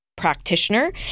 practitioner